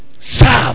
serve